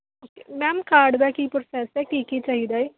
okay ma'am card ਦਾ ਕੀ process ਹੈ ਕੀ ਕੀ ਚਾਹੀਦਾ ਏ